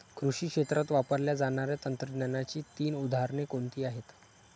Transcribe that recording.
कृषी क्षेत्रात वापरल्या जाणाऱ्या तंत्रज्ञानाची तीन उदाहरणे कोणती आहेत?